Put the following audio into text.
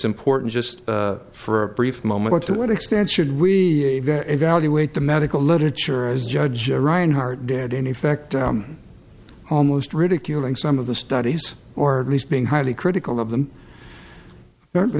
important just for a brief moment to what extent should we evaluate the medical literature as judge reinhart dad in effect almost ridiculing some of the studies or at least being highly critical of them